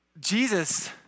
Jesus